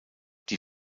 die